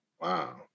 Wow